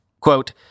Quote